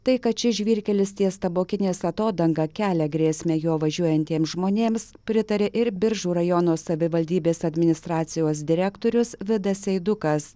tai kad šis žvyrkelis ties tabokinės atodanga kelia grėsmę juo važiuojantiem žmonėms pritarė ir biržų rajono savivaldybės administracijos direktorius vidas eidukas